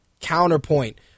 counterpoint